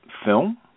Film